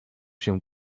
się